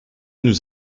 nous